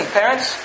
parents